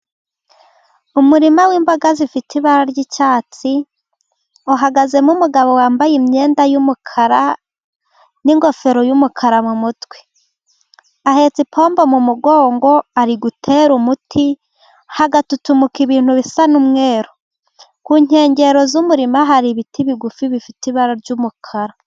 Umurima w'imboga zifite ibara ry'icyatsi uhagazemo umugabo wambaye imyenda y'umukara, n'ingofero y'umukara mu mutwe. Ahetse ipombo mu mugongo ari gutera umuti hagatutumuka ibintu bisa n'umweru. Ku nkengero z'umurima, hari ibiti bigufi bifite ibara ry'umukara.